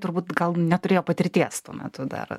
turbūt gal neturėjo patirties tuo metu dar